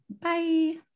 Bye